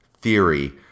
theory